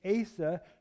Asa